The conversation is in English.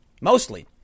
mostly